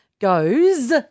goes